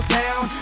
down